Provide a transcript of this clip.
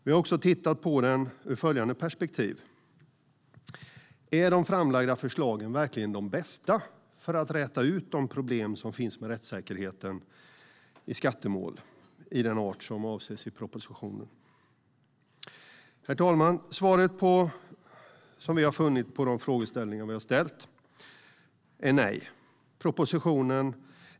Vi har också tittat på det ur följande perspektiv: Är de framlagda förslagen verkligen de bästa för att reda ut de problem som finns med rättssäkerheten i skattemål av den art som avses i propositionen? Herr talman! Svaret på de frågor som vi har ställt är nej.